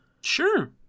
Sure